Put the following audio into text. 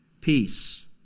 peace